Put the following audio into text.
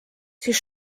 siis